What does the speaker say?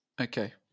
Okay